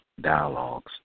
dialogues